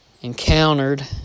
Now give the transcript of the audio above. encountered